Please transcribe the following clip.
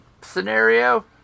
scenario